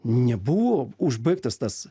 nebuvo užbaigtas tas